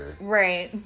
Right